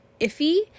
iffy